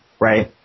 right